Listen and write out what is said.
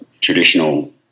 traditional